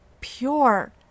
pure